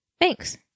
Thanks